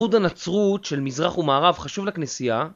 איחוד הנצרות של מזרח ומערב חשוב לכנסייה